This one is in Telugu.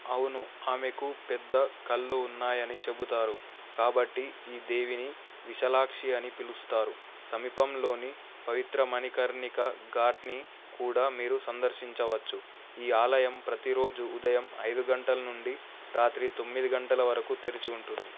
అవును ఆమెకు పెద్ద కళ్ళు ఉన్నాయని చెబుతారు కాబట్టి ఈ దేవిని విశాలాక్షి అని పిలుస్తారు సమీపంలోని పవిత్ర మణికర్ణికా ఘాట్ని కూడా మీరు సందర్శించవచ్చు ఈ ఆలయం ప్రతీరోజు ఉదయం ఐదు గంటల నుండి రాత్రి తొమ్మిది గంటల వరకు తెరిచి ఉంటుంది